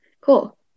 Cool